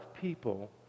people